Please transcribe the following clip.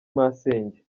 masenge